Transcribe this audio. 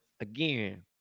again